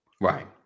right